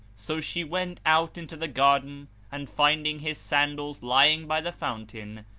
so she went out into the garden and finding his sandals lying by the fountain,